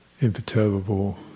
imperturbable